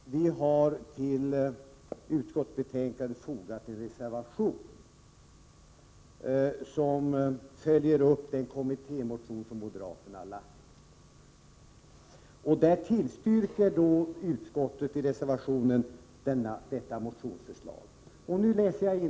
Herr talman! Vi har till det här utskottsbetänkandet fogat en reservation som följer upp den kommittémotion som moderaterna har väckt. Enligt Nu undrar herr Komstedt var det står att det bara skall ta några månader.